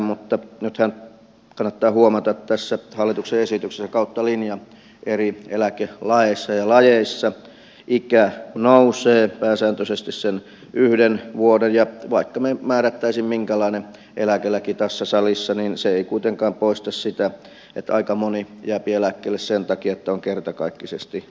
mutta nythän kannattaa huomata että tässä hallituksen esityksessä kautta linjan eri eläkelaeissa ja lajeissa ikä nousee pääsääntöisesti sen yhden vuoden ja vaikka me määräisimme minkälaisen eläkelain tässä salissa niin se ei kuitenkaan poista sitä että aika moni jääpi eläkkeelle sen takia että on kertakaikkisesti pakko